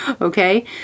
Okay